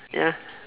ya